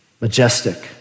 Majestic